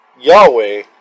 Yahweh